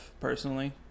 personally